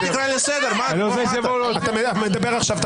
אל תקרא לי לסדר --- אתה מדבר עכשיו,